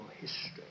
history